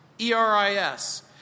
E-R-I-S